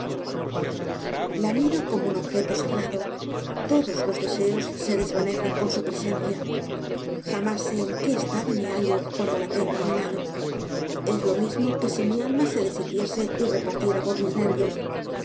la miro como un objeto sagrado todos los deseos se desvanecen en su presencia jamás sé en qué estado me hallo cuando la tengo á mi lado es lo mismo que si mi alma se deshiciese y repartiera por mis nervios